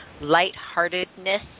light-heartedness